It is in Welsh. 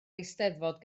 eisteddfod